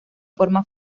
forma